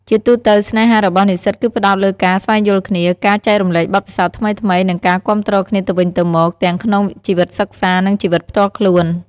ជាទូទៅ ស្នេហារបស់និស្សិតគឺផ្តោតលើការ ស្វែងយល់គ្នា ការ ចែករំលែកបទពិសោធន៍ថ្មីៗ និងការ គាំទ្រគ្នាទៅវិញទៅមក ទាំងក្នុងជីវិតសិក្សា និងជីវិតផ្ទាល់ខ្លួន។